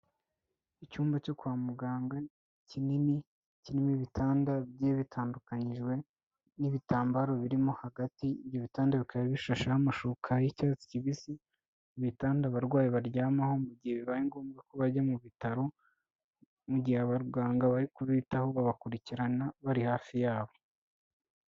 Icyumba cyo kwa muganga kinini, kirimo ibitanda bijyiye bitandukanyijwe n'ibitambaro birimo hagati, ibyo bitanda bikaba bishashaho amashuka y'icyatsi kibisi, ibitanda abarwayi baryamaho mu gihe bibaye ngombwa ko bajya mu bitaro, mu gihe abaganga bari kubitaho babakurikirana bari hafi yabo.